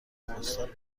پستال